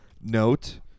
note